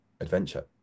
adventure